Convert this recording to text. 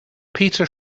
peter